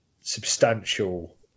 substantial